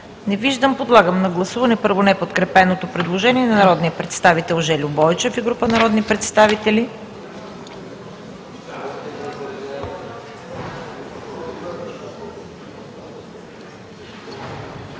Не виждам. Подлагам на гласуване първо неподкрепеното предложение на народния представител Жельо Бойчев и група народни представители.